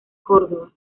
córdoba